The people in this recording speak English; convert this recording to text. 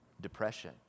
depression